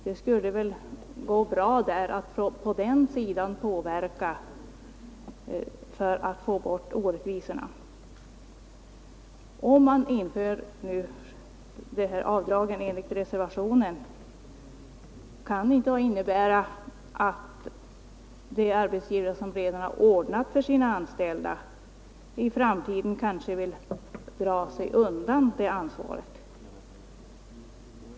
Det skulle väl gå bra från hans sida att utöva påverkan för att få bort orättvisorna. Om man nu inför det här avdraget enligt reservationen, kan det rent av innebära att de arbetsgivare som redan har ordnat för sina anställda i framtiden kanske vill dra sig undan det ansvaret.